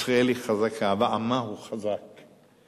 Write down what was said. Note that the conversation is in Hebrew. ישראל היא חזקה ועמה הוא חזק.